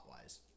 wise